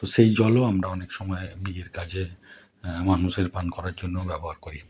তো সেই জলও আমরা অনেক সময় বিয়ের কাজে মানুষের পান করার জন্য ব্যবহার করি